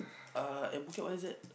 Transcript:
uh at Phuket what is that